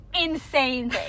insane